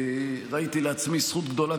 ראיתי לעצמי זכות גדולה,